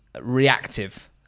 reactive